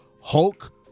Hulk